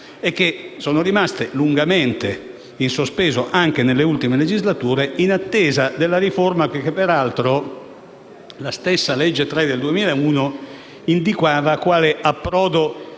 n. 3, rimaste lungamente in sospeso, anche nelle ultime legislature, in attesa della riforma, che peraltro la stessa legge costituzionale n. 3 indicava quale approdo